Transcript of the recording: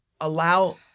allow